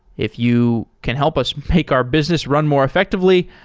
if you can help us make our business run more effectively,